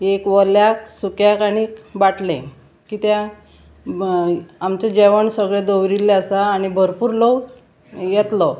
एक वल्याक सुक्याक आनीक बाटलें कित्याक आमचें जेवण सगळें दवरिल्लें आसा आनी भरपूर लोक येतलो